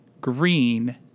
green